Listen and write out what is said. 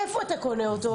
איפה אתה קונה אותו?